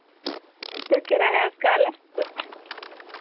तो किराया उसका अलग उस